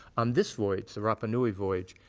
on this voyage, the rapa nui voyage,